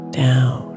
down